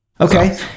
Okay